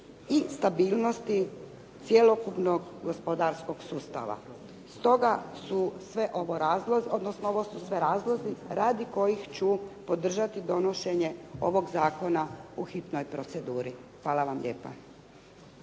i stabilnosti cjelokupnog gospodarskog sustava. Stoga su ovo razlozi, odnosno ovo su sve razlozi radi kojih ću podržati donošenje ovog zakona u hitnoj proceduri. Hvala vam lijepa.